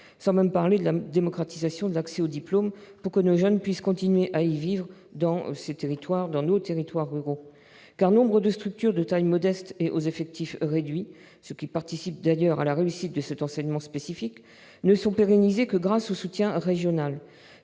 son rôle dans la démocratisation de l'accès aux diplômes, pour que nos jeunes puissent continuer à vivre dans nos territoires ruraux. Nombre de structures à la taille modeste et aux effectifs réduits, caractéristiques qui participent, d'ailleurs, à la réussite de cet enseignement spécifique, ne sont pérennisées que grâce au soutien régional,